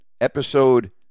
Episode